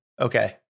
Okay